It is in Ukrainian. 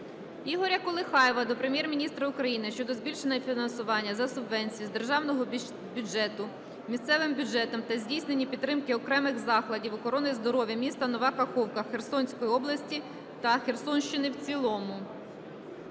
Ігоря Колихаєва до Прем'єр-міністра України щодо збільшення фінансування за субвенцією з державного бюджету місцевим бюджетам та здійснення підтримки окремих закладів охорони здоров'я міста Нова Каховка Херсонської області та Херсонщини в цілому.